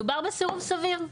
מדובר בסירוב סביר.